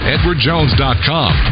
EdwardJones.com